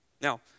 Now